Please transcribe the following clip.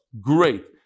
great